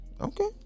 Okay